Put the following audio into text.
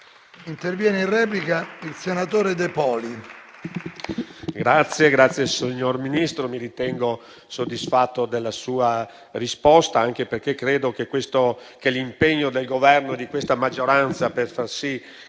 intervenire in replica il senatore De Poli,